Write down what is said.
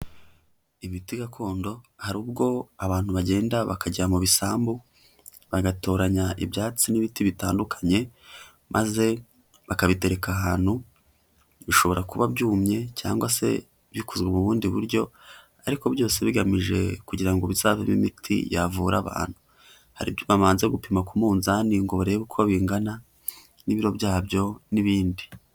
Imiti gakondo hari ubwo abantu bagenda bakajya mu bisambu bagatoranya ibyatsi n'ibiti bitandukanye, maze bakabitereka ahantu bishobora kuba byumye cyangwa se bikozwe ubundi buryo, ariko byose bigamije kugira ngo bizavemo imiti yavura abantu, hari ibyo babanza gupima ku munzani ngo barebe uko bingana n'ibiro byabyo n'ibindi.